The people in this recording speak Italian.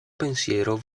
pensiero